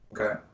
Okay